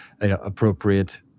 appropriate